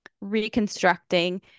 reconstructing